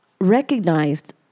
recognized